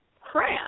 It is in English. crap